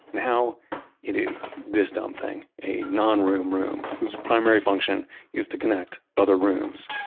now it is this dumb thing a non-room room, whose primary function is to connect other rooms.